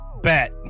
Bet